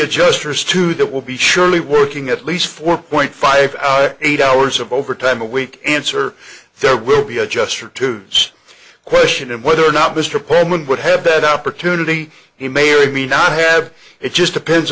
adjusters too that will be surely working at least four point five eight hours of overtime a week answer there will be a gesture to judge question and whether or not mr portman would have that opportunity he may or may not have it just depends